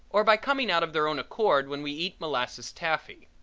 or by coming out of their own accord when we eat molasses taffy.